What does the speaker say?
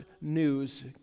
news